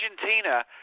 Argentina